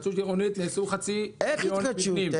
איך התחדשות?